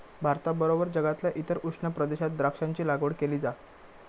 भारताबरोबर जगातल्या इतर उष्ण प्रदेशात द्राक्षांची लागवड केली जा